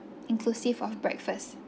inclusive of breakfast